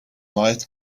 night